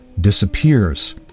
disappears